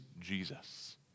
Jesus